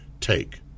Take